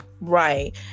Right